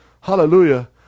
hallelujah